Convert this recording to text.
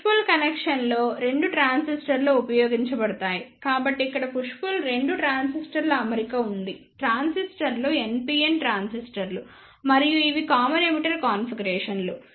push pull కనెక్షన్లో రెండు ట్రాన్సిస్టర్లు ఉపయోగించబడతాయి కాబట్టి ఇక్కడ పుష్ పుల్ రెండు ట్రాన్సిస్టర్ల అమరిక ఉంది ట్రాన్సిస్టర్లు NPN ట్రాన్సిస్టర్లు మరియు ఇవి కామన్ ఎమిటర్ కాన్ఫిగరేషన్లు